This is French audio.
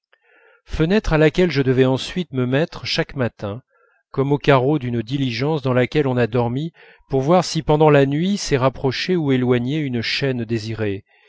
fenêtre à laquelle je devais ensuite me mettre chaque matin comme au carreau d'une diligence dans laquelle on a dormi pour voir si pendant la nuit s'est rapprochée ou éloignée une chaîne désirée